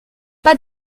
pas